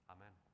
Amen